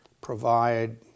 provide